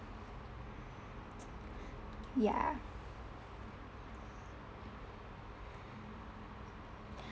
ya